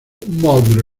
madre